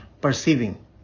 perceiving